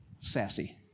sassy